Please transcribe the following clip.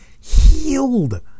healed